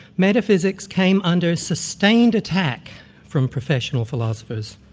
metaphysics came under sustained attack from professional philosophers.